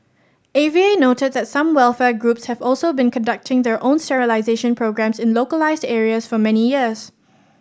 A V A noted that some welfare groups have also been conducting their own sterilization programmes in localised areas for many years